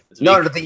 no